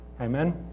Amen